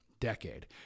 decade